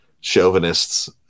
chauvinists